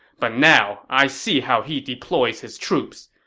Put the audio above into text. but now i see how he deploys his troops.